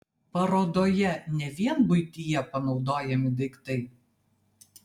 parodoje ne vien buityje panaudojami daiktai